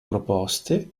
proposte